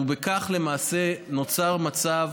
ובכך למעשה נוצר מצב